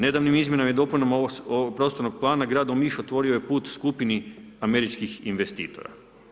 Nedavnim izmjenama i dopunama ovog prostornog plana, grad Omiš otvorio je put skupini američkih investitora.